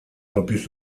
propios